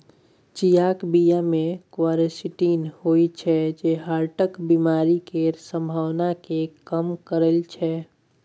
चियाक बीया मे क्वरसेटीन होइ छै जे हार्टक बेमारी केर संभाबना केँ कम करय छै